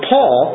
Paul